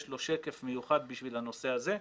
יש לו שקף מיוחד בשביל הנושא הזה.